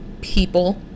people